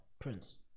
Prince